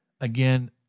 Again